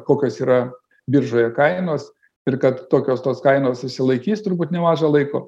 kokios yra biržoje kainos ir kad tokios tos kainos išsilaikys turbūt nemaža laiko